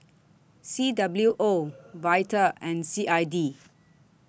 C W O Vital and C I D